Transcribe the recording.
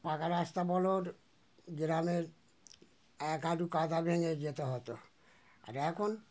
পাকা রাস্তা বলুন গ্রামে এক হাঁটু কাদা ভেঙে যেতে হতো আর এখন